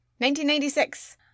1996